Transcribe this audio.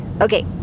okay